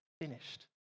finished